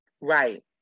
Right